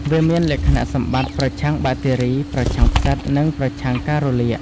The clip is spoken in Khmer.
វាមានលក្ខណៈសម្បត្តិប្រឆាំងបាក់តេរី ប្រឆាំងផ្សិត និងប្រឆាំងការរលាក។